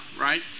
right